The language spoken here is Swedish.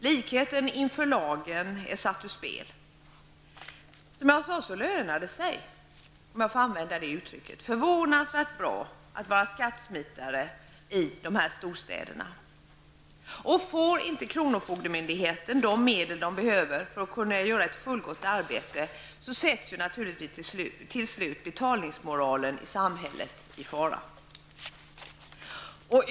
Likheten inför lagen är satt ur spel. Som jag sade ''lönar'' det sig förvånansvärt bra att vara skattesmitare i storstäderna. Får inte kronofogdemyndigheten de medel den behöver för att kunna utföra ett fullgott arbete, sätts naturligtvis till slut betalningsmoralen i samhället i fara.